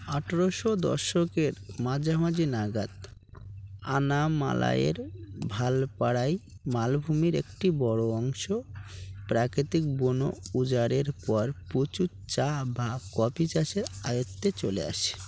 আঠেরোশো দশকের মাঝামাঝি নাগাদ আনামালাইয়ের ভালপারাই মালভূমির একটি বড়ো অংশ প্রাকৃতিক বন উজাড়ের পর প্রচুর চা বা কফি চাষের আয়ত্তে চলে আসে